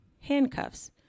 handcuffs